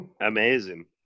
Amazing